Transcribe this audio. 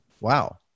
Wow